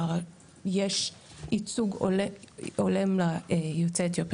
יש ייצוג הולם ליוצאי אתיופיה,